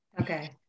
okay